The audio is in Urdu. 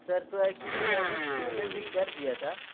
سر تو ایکچولی میں نے پیمینٹ بھی کر دیا تھا